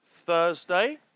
Thursday